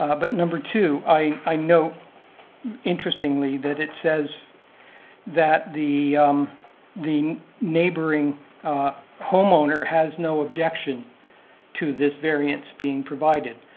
ah but number two, i note interestingly that it says that the the neighboring homeowner has no objection to this variance being provided,